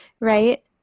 right